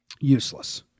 useless